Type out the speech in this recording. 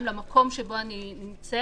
ואם צריך